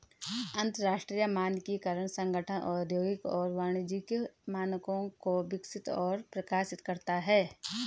अंतरराष्ट्रीय मानकीकरण संगठन औद्योगिक और वाणिज्यिक मानकों को विकसित और प्रकाशित करता है